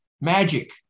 magic